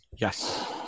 Yes